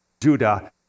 Judah